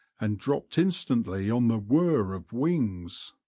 and dropped in stantly on the whirr of wings.